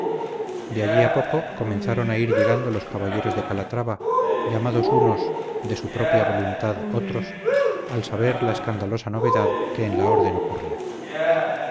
de allí a poco comenzaron a ir llegando los caballeros de calatrava llamados unos de su propia voluntad otros al saber la escandalosa novedad que en la orden ocurría